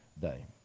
day